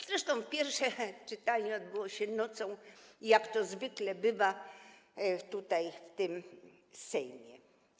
Zresztą pierwsze czytanie odbyło się nocą, jak to zwykle bywa w tym Sejmie.